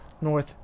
North